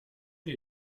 die